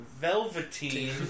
Velveteen